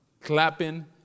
clapping